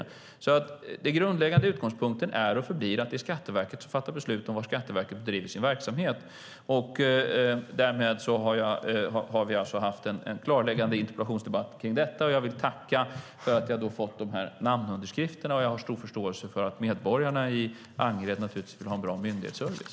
Den grundläggande utgångspunkten är och förblir att det är Skatteverket som fattar beslut om var man ska bedriva sin verksamhet. Därmed har vi alltså haft en klarläggande interpellationsdebatt om detta, och jag vill tacka för att jag har fått namnunderskrifterna. Jag har naturligtvis stor förståelse för att medborgarna i Angered vill ha en bra myndighetsservice.